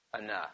enough